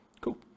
Cool